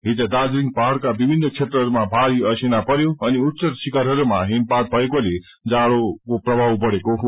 हिज दार्जीलिङ पहाड़का विभिन्न क्षेत्रहरूमा भारी असिना परयो अनि उच्च शिखरहमा हिमपात भएकोले जाड्रोको वृद्धि भएको छ